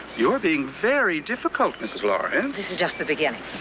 you're being very difficult, mrs. lawrence. this is just the beginning.